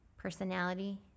personality